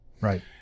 Right